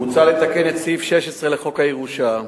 מוצע לתקן את סעיף 16 לחוק הירושה,